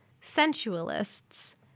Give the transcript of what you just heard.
sensualists